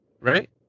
Right